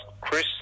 Chris